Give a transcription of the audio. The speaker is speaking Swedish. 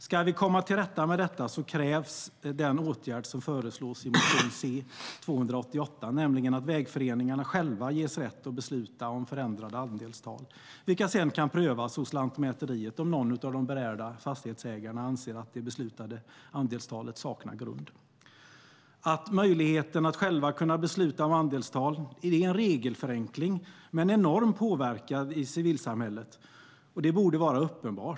Ska vi komma till rätta med detta krävs den åtgärd som föreslås i motion C288, nämligen att vägföreningarna själva ges rätt att besluta om förändrade andelstal, vilka sedan kan prövas hos Lantmäteriet om någon av de berörda fastighetsägarna anser att det beslutade andelstalet saknar grund. Att möjligheten att själva kunna besluta om andelstal är en regelförenkling med en enorm påverkan i civilsamhället borde vara uppenbart.